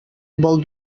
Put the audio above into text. vol